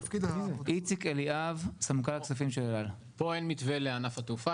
פה אין מתווה לענף התעופה,